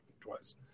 twice